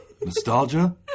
nostalgia